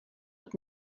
but